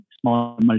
small